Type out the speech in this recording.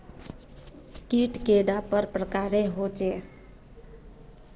कीट कैडा पर प्रकारेर होचे?